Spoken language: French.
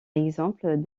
exemple